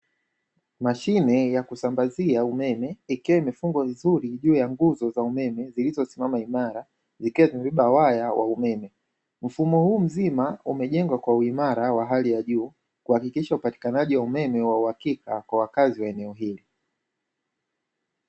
Mashine ya kusambazia umeme ikiwa imefungwa vizuri juu ya nguzo za umeme zilizosimama imara zikiwa zimebeba waya wa umeme, mfumo huu mzima umejengwa kwa uimara wa hali ya juu kuhakikisha upatikanaji wa umeme wa uhakika kwa wakazi wa eneo hili.